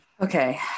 Okay